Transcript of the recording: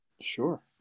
sure